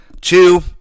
Two